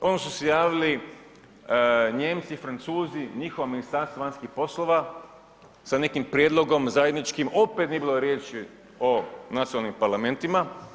Onda su se javili Nijemci, Francuzi njihova ministarstva vanjskih poslova sa nekim prijedlogom zajedničkim, opet nije bilo riječi o nacionalnim parlamentima.